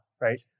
right